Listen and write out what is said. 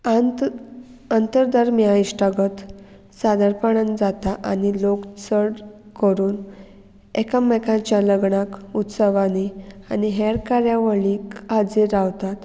आंत अंतरदर्म्या इश्टागत सादरपणान जाता आनी लोक चड करून एकामेकाच्या लग्नाक उत्सवांनी आनी हेर कार्यावळीक हाजीर रावतात